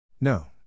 No